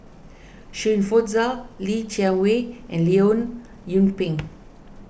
Shirin Fozdar Li Jiawei and Leong Yoon Pin